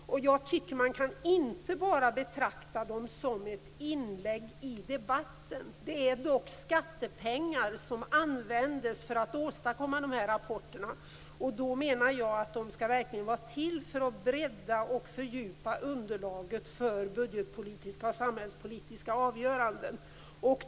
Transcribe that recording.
Jag tycker att man inte bara kan betrakta detta som ett inlägg i debatten. Det är dock skattepengar som används för att åstadkomma de här rapporterna. Då menar jag att de verkligen skall vara till för att bredda och fördjupa underlaget för budgetpolitiska och samhällspolitiska avgöranden.